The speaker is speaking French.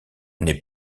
n’est